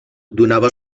donava